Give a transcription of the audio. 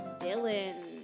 villains